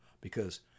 because